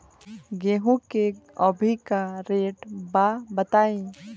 गेहूं के अभी का रेट बा बताई?